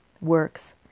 works